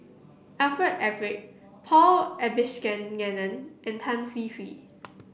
Alfred Eric Paul Abisheganaden and Tan Hwee Hwee